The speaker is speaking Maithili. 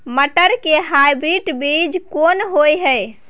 मटर के हाइब्रिड बीज कोन होय है?